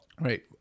right